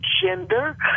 gender